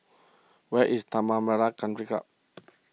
where is Tanah Merah Country Club